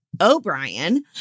O'Brien